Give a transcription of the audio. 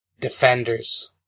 DEFENDERS